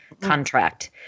contract